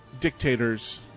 dictators